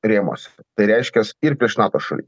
rėmuose tai reiškias ir prieš nato šalis